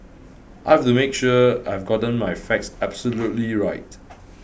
I have to make sure I have gotten my facts absolutely right